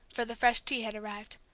for the fresh tea had arrived.